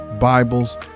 Bibles